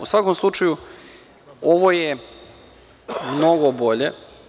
U svakom slučaju ovo je mnogo bolje.